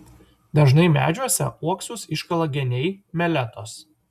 dažnai medžiuose uoksus iškala geniai meletos